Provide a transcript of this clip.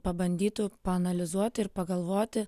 pabandytų paanalizuoti ir pagalvoti